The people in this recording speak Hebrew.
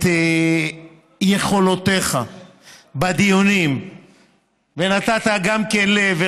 את יכולותיך בדיונים ונתת גם כן לב.